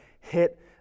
hit